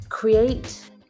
Create